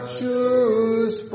choose